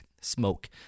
smoke